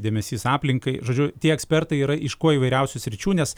dėmesys aplinkai žodžiu tie ekspertai yra iš kuo įvairiausių sričių nes